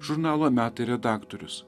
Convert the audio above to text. žurnalo metai redaktorius